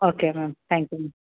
okay ma'am thank you